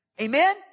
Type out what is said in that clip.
Amen